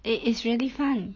it is really fun